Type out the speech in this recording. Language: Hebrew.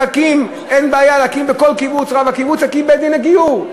אין בעיה להקים בכל קיבוץ בית-דין לגיור.